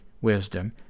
wisdom